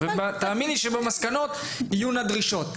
ותאמיני לי שבמסקנות יהיו דרישות.